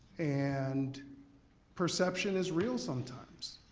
and perception is real sometimes.